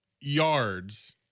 yards